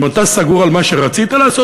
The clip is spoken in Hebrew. אם אתה סגור על מה שרצית לעשות,